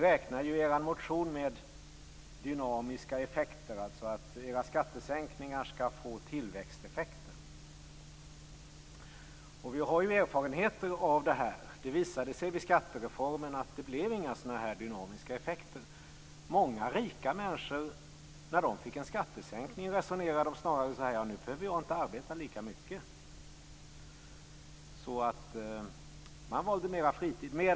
I er motion räknar ni ju med dynamiska effekter, dvs. att era skattesänkningar skall få tillväxteffekter. Vi har erfarenheter i det avseendet. I samband med skattereformen visade det sig ju att det inte blev några dynamiska effekter av nämnda slag. När många rika människor fick en skattesänkning resonerade de snarare enligt följande: Nu behöver jag inte arbeta lika mycket. Man valde således mera fritid.